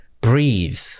breathe